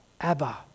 Abba